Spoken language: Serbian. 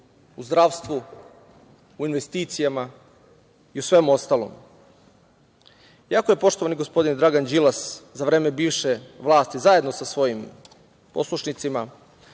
u zdravstvu, u investicijama i u svemu ostalom. Iako se poštovani gospodin Dragan Đilas za vreme bivše vlasti, zajedno sa svojim poslušnicima,